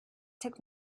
took